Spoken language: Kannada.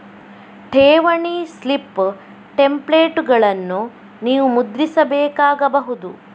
ಠೇವಣಿ ಸ್ಲಿಪ್ ಟೆಂಪ್ಲೇಟುಗಳನ್ನು ನೀವು ಮುದ್ರಿಸಬೇಕಾಗಬಹುದು